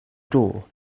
door